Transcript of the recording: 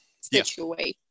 situation